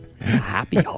Happy